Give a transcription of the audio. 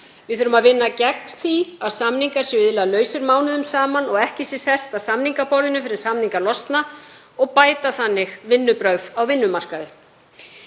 Við þurfum að vinna gegn því að samningar séu lausir mánuðum saman og ekki sé sest að samningaborðinu fyrr en samningar losna og bæta þannig vinnubrögð á vinnumarkaði.